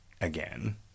again